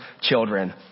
children